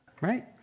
Right